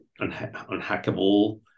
unhackable